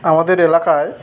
আমাদের এলাকায়